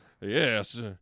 Yes